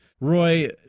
Roy